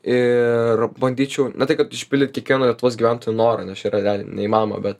ir bandyčiau ne tai kad išpildyt kiekvieno lietuvos gyventojo norą nes čia yra realiai neįmanoma bet